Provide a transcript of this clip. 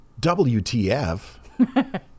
WTF